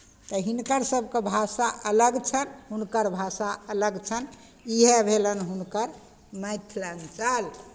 तऽ हिनकर सभके भाषा अलग छनि हुनकर भाषा अलग छनि इएह भेलनि हुनकर मिथिलाञ्चल